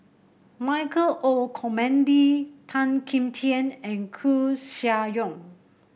Michael Olcomendy Tan Kim Tian and Koeh Sia Yong